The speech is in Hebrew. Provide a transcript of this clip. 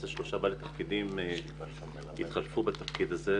שלושה אנשים התחלפו בתפקיד הזה,